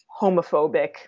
homophobic